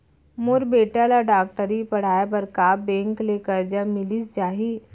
मोर बेटा ल डॉक्टरी पढ़ाये बर का बैंक ले करजा मिलिस जाही?